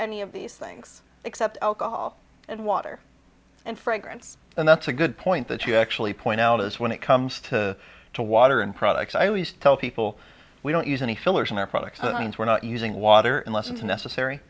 any of these things except alcohol is water and fragrance and that's a good point that you actually point out is when it comes to to water and products i always tell people we don't use any fillers in our products and we're not using water unless it's necessary